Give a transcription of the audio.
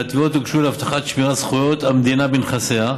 והתביעות הוגשו להבטחת שמירת זכויות המדינה בנכסיה,